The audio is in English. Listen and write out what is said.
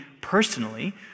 personally